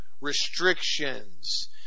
restrictions